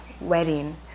wedding